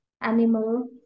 animal